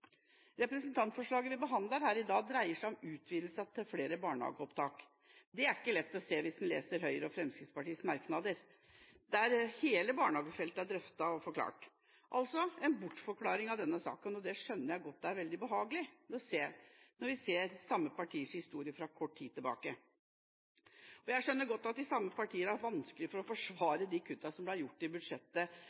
Representantforslaget vi behandler her i dag, dreier seg om utvidelse til flere barnehageopptak. Det er ikke lett å se hvis en leser Høyre og Fremskrittspartiets merknader, der hele barnehagefeltet er drøftet og forklart – altså en bortforklaring av denne saken. Det skjønner jeg godt er veldig behagelig når vi ser samme partiers historie fra kort tid tilbake. Jeg skjønner godt at de samme partiene har vanskelig for å forsvare de kuttene som ble gjort i budsjettet,